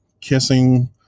kissing